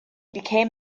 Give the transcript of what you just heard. became